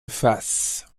fasse